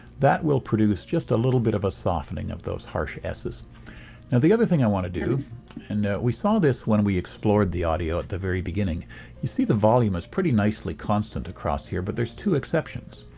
that will produce just a little bit of a softening of those harsh ss. now the other thing i want to do and we saw this when we explored the audio at the very beginning you see the volume is pretty nicely constant across here but there's two exceptions.